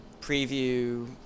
preview